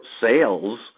sales